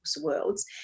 worlds